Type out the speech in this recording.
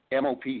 MOP